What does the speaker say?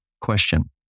question